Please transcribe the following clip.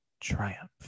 triumph